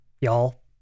Y'all